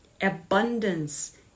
Abundance